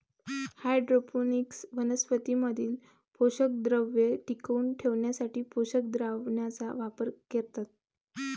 hydroponics वनस्पतीं मधील पोषकद्रव्ये टिकवून ठेवण्यासाठी पोषक द्रावणाचा वापर करतात